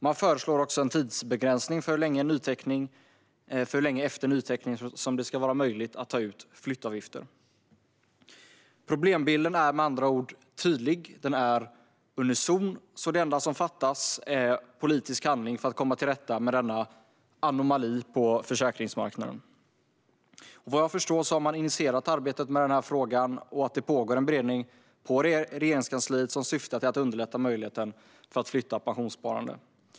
Man föreslår också en tidsbegränsning för hur länge efter en nyteckning som det ska vara möjligt att ta ut flyttavgifter. Problembilden är med andra ord tydlig, och den är unison. Det enda som fattas är politisk handling för att komma till rätta med denna anomali på försäkringsmarknaden. Vad jag förstår har arbetet med den här frågan initierats, och det pågår en beredning på Regeringskansliet som syftar till att underlätta möjligheten att flytta pensionssparande.